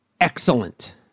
excellent